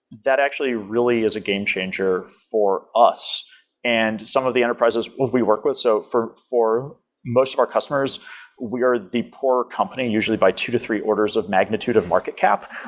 that actually really is a game changer for us and some of the enterprises we work with, so for for most of our customers we're the poor company usually by two to three orders of magnitude of market cap.